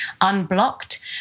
unblocked